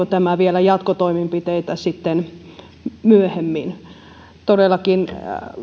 vaatiiko tämä vielä jatkotoimenpiteitä myöhemmin